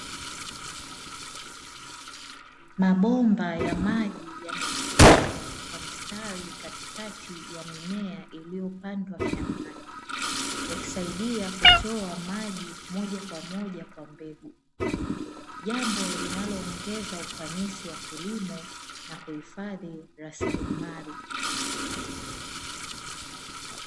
Mabomba ya maji yamepitishwa kwa mistari katikati ya mimea iliyopandwa shambani, yakisaidia kutoa maji moja kwa moja kwa mbegu. Jambo linaloongeza ufanisi wa kilimo na kuhifadhi rasirimali.